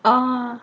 uh